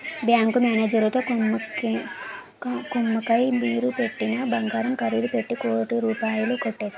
bank మేనేజరుతో కుమ్మక్కై మీరు పెట్టిన బంగారం ఖరీదు పెట్టి కోటి రూపాయలు కొట్టేశారు